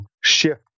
shift